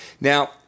Now